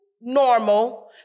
normal